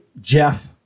jeff